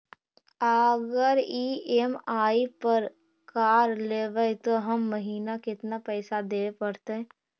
अगर ई.एम.आई पर कार लेबै त हर महिना केतना पैसा देबे पड़तै?